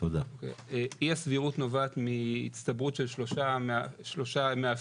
אי הסבירות נובעת מהצטברות של שלושה מאפיינים